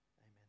Amen